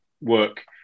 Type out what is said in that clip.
work